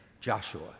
Joshua